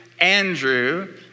Andrew